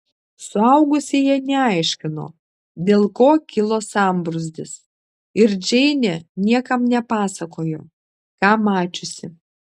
suaugusieji neaiškino dėl ko kilo sambrūzdis ir džeinė niekam nepasakojo ką mačiusi